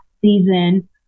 season